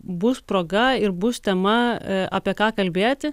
bus proga ir bus tema apie ką kalbėti